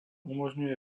umožňuje